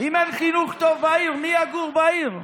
אם אין חינוך טוב בעיר מי יגור בעיר?